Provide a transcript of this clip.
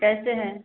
कैसे है